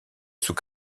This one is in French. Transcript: sous